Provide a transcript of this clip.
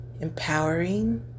empowering